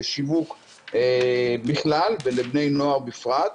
לשיווק בכלל ולבני נוער בפרט.